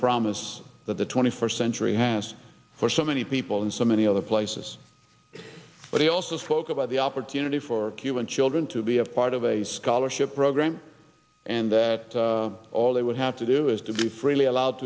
promise that the twenty first century has for so many people in so many other places but he also spoke about the opportunity for human children to be a part of a scholarship program and that all they would have to do is to be freely allowed